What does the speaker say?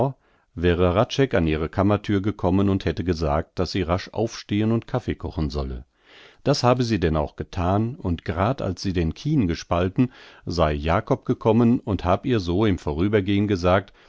wäre hradscheck an ihre kammerthür gekommen und hätte gesagt daß sie rasch aufstehn und kaffee kochen solle das habe sie denn auch gethan und grad als sie den kien gespalten sei jakob gekommen und hab ihr so im vorübergehn gesagt